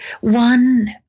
one